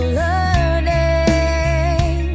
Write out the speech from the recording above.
learning